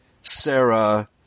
Sarah